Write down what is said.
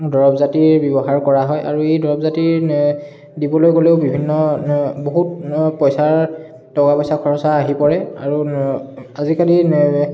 দৰব জাতিৰ ব্যৱহাৰ কৰা হয় আৰু এই দৰব জাতিৰ দিবলৈ গ'লেও বিভিন্ন বহুত পইচাৰ টকা পইচাৰ খৰচা আহি পৰে আৰু আজিকালি